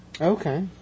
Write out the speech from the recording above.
Okay